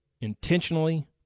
intentionally